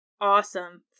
awesome